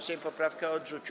Sejm poprawkę odrzucił.